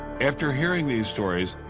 after hearing these stories,